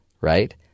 right